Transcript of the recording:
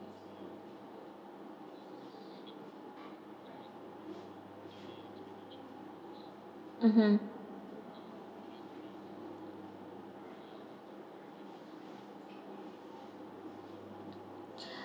mmhmm